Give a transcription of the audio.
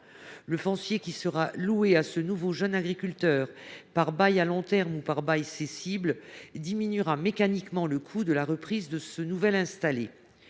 Le foncier qui sera loué à ce nouveau jeune agriculteur, par bail à long terme ou par bail cessible, diminuera mécaniquement le coût de la reprise. À l’heure où les